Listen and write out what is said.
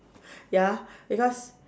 ya because